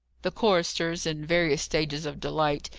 the choristers, in various stages of delight,